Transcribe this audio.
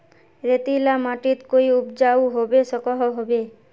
रेतीला माटित कोई उपजाऊ होबे सकोहो होबे?